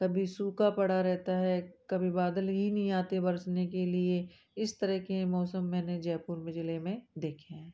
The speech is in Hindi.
कभी सूखा पड़ा रहता है कभी बादल ही नहीं आते है बरसने के लिए इस तरीके के मौसम मैंने जयपुर के ज़िले में देखे हैं